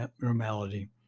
normality